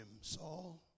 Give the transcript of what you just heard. Saul